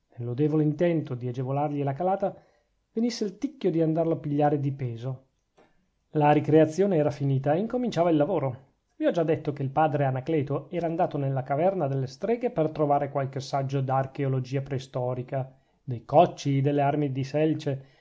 lodevole intento di agevolargli la calata venisse il ticchio di andarlo a pigliare di peso la ricreazione era finita e incominciava il lavoro vi ho già detto che il padre anacleto era andato nella caverna delle streghe per trovare qualche saggio d'archeologia preistorica dei cocci delle armi di selce